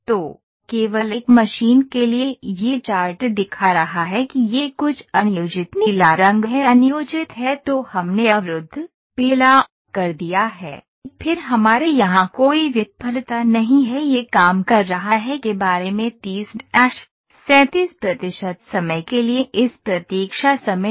तो केवल एक मशीन के लिए यह चार्ट दिखा रहा है कि यह कुछ अनियोजित नीला रंग है अनियोजित है तो हमने अवरुद्ध पीला कर दिया है फिर हमारे यहां कोई विफलता नहीं है यह काम कर रहा है के बारे में 30 37 प्रतिशत समय के लिए इस प्रतीक्षा समय है